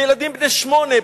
לילדים בני שמונה,